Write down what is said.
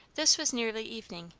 this was nearly evening,